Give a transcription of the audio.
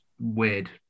weird